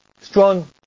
Strong